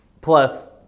plus